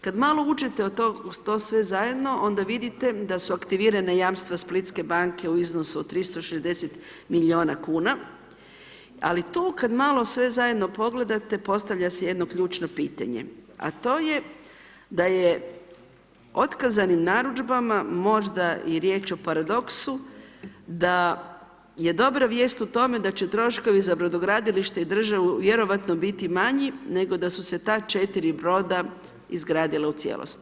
Kad malo uđete u to sve zajedno, onda vidite da su aktivirana jamstva Splitske banke u iznosu 360 milijuna kuna ali tu kad malo sve zajedno pogledate, postavlja se jedno ključno pitanje, a to je da je otkazanim narudžbama možda i riječ o paradoksu da je dobra vijest o tome da će troškovi za brodogradilište i državu vjerojatno biti manji, nego da su se ta 4 broda izgradila u cijelosti.